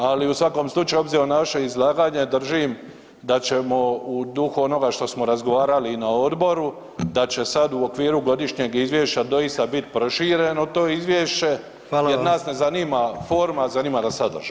Ali u svakom slučaju obzirom na vaše izlaganje držim da ćemo u duhu onoga što smo razgovarali i na odboru da će sad u okviru godišnjeg izvješća doista biti prošireno to izvješće jer nas ne zanima forma, zanima nas sadržaj.